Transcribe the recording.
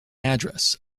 address